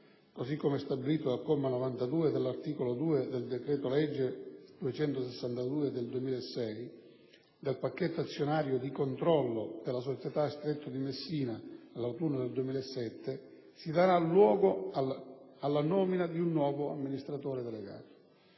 così come stabilito dal comma 92 dell'articolo 2 del decreto-legge n. 262 del 2006, del pacchetto azionario di controllo della società Stretto di Messina, nell'autunno 2007 si darà luogo alla nomina di un nuovo amministratore delegato.